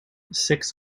six